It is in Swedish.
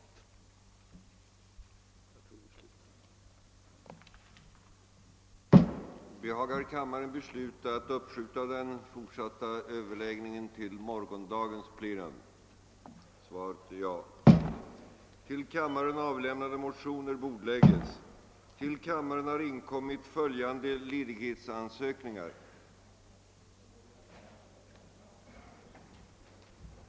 Som tiden nu var långt framskriden och flera talare anmält sig för yttrandes avgivande, beslöt kammaren på herr talmannens förslag att uppskjuta den fortsatta överläggningen till morgondagens plenum. Till Riksdagens andra kammare Undertecknad anhåller om befrielse från riksdagsarbetet under tiden 27— 28 januari 1970 för deltagande i en konferens i Tel Aviv, Israel. Stockholm den 22 januari 1970 Gertrud Sigurdsen